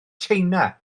china